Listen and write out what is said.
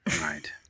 Right